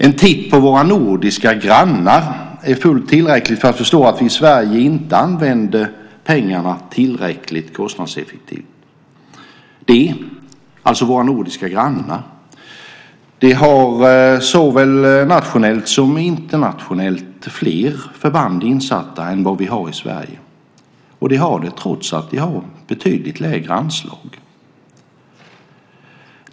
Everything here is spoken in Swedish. En titt på våra nordiska grannar är fullt tillräcklig för att förstå att vi i Sverige inte använder pengarna tillräckligt kostnadseffektivt. De, alltså våra nordiska grannar, har såväl nationellt som internationellt fler förband insatta än vi har i Sverige. Det har de trots att de har betydligt lägre anslag.